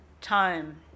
time